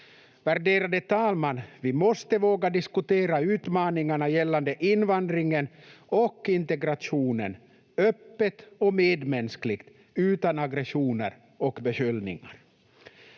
Värderade talman! Vi måste våga diskutera utmaningarna gällande invandringen och integrationen öppet och medmänskligt, utan aggressioner och beskyllningar.